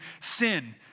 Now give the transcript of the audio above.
sin